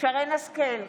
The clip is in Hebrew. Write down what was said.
שרן מרים השכל,